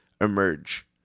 emerge